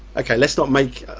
okay let's not make,